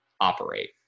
operate